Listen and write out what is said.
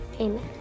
Amen